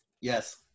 Yes